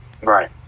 Right